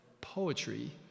poetry